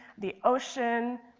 the ocean,